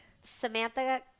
Samantha